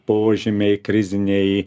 požymiai kriziniai